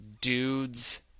dudes